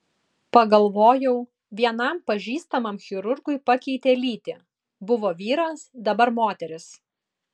pagalvojau vienam pažįstamam chirurgai pakeitė lytį buvo vyras dabar moteris